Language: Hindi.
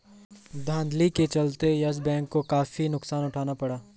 धांधली के चलते यस बैंक को काफी नुकसान उठाना पड़ा